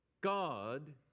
God